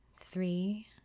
three